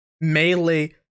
melee